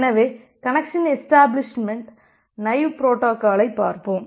எனவே கனெக்சன் எஷ்டபிளிஷ்மெண்ட்டின் நைவ் புரோட்டோகாலை பார்ப்போம்